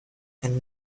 and